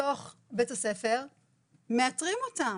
ובסוף הם לא הפתרון ואת יודעת שלהם בכלל,